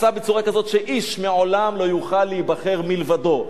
עשה בצורה כזאת שאיש לעולם לא יוכל להיבחר מלבדו.